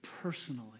personally